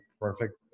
perfect